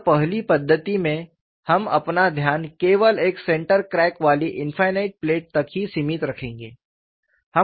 और पहली पद्धति में हम अपना ध्यान केवल एक सेंटर क्रैक वाली इनफ़ायनाईट प्लेट तक ही सीमित रखेंगे